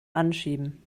anschieben